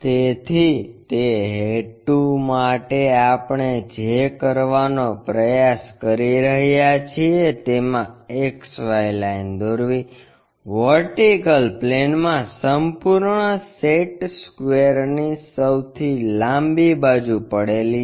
તેથી તે હેતુ માટે આપણે જે કરવાનો પ્રયાસ કરી રહ્યા છીએ તેમાં X Y લાઇન દોરવી વર્ટિકલ પ્લેનમાં સંપૂર્ણ સેટ સ્ક્વેર ની સૌથી લાંબી બાજુ પડેલી છે